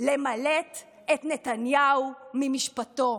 למלט את נתניהו ממשפטו,